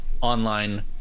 online